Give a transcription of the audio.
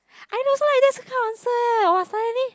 I also like this kind of answer !wah! suddenly